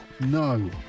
No